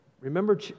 Remember